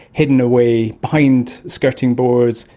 hidden away behind skirting boards,